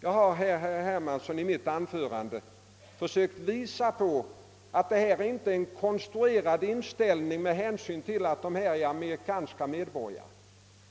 Jag har i mitt anförande försökt visa att det inte är fråga om någon konstruerad inställning på grund av att det rör sig om amerikanska medborgare.